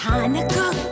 Hanukkah